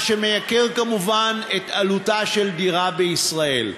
מה שמגדיל כמובן את עלותה של דירה בישראל.